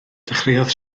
dechreuodd